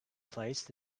placed